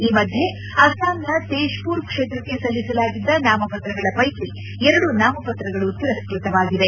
ಈ ಮಧ್ಯೆ ಅಸ್ತಾಂನ ತೇಜ್ ಪುರ ಕ್ಷೇತ್ರಕ್ಕೆ ಸಲ್ಲಿಸಲಾಗಿದ್ದ ನಾಮಪ್ರಗಳ ಪೈಕಿ ಎರಡು ನಾಮಪ್ರಗಳು ತಿರಸ್ಟ್ರತವಾಗಿವೆ